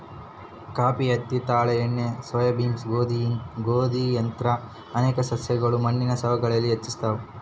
coffee ಹತ್ತಿ ತಾಳೆ ಎಣ್ಣೆ ಸೋಯಾಬೀನ್ ಗೋಧಿಯಂತಹ ಅನೇಕ ಸಸ್ಯಗಳು ಮಣ್ಣಿನ ಸವಕಳಿಯನ್ನು ಹೆಚ್ಚಿಸ್ತವ